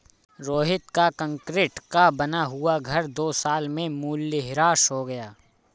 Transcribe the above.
रोहित का कंक्रीट का बना हुआ घर दो साल में मूल्यह्रास हो गया